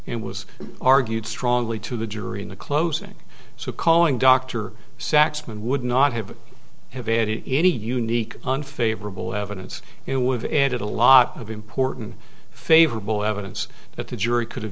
and was argued strongly to the jury in the closing so calling dr saxman would not have have erred in any unique unfavorable evidence and we've added a lot of important favorable evidence that the jury could have